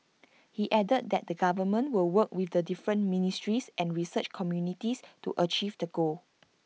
he added that the government will work with the different ministries and research communities to achieve the goal